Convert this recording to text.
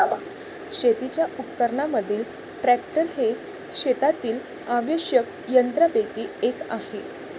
शेतीच्या उपकरणांमधील ट्रॅक्टर हे शेतातील आवश्यक यंत्रांपैकी एक आहे